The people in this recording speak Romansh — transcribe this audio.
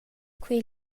quei